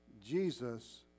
Jesus